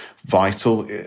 vital